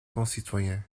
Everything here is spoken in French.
concitoyens